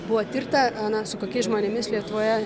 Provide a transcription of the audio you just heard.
buvo tirta na su kokiais žmonėmis lietuvoje